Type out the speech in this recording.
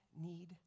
need